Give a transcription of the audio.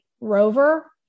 Rover